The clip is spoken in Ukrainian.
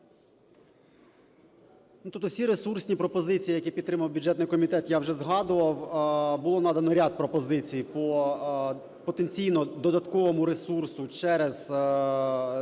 Тобто всі ресурсні пропозиції, які підтримав бюджетний комітет, я вже згадував. Було надано ряд пропозицій по потенційно додатковому ресурсу через зміни